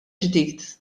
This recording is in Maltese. ġdid